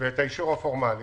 ואת האישור הפורמלי.